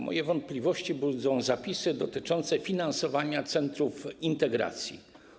Moje wątpliwości budzą zapisy dotyczące finansowania centrów integracji.